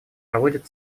проводит